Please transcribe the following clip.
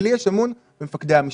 כי לי יש אמון במפקדי המשטרה.